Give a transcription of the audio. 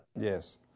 Yes